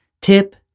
Tip